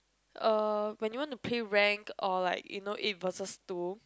uh when you want to play ranked or like you know eight versus two